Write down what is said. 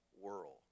world